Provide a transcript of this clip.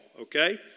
okay